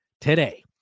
today